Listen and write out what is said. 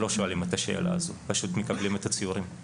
לא שואלים את השאלה הזאת אלא פשוט מקבלים את הציורים.